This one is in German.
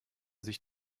sich